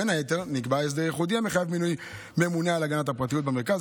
בין היתר נקבע הסדר ייחודי המחייב מינוי ממונה על הגנת הפרטיות במרכז,